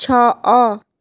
ଛଅ